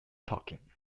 talking